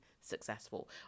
successful